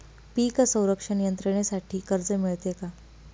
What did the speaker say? पीक संरक्षण यंत्रणेसाठी कर्ज मिळते का?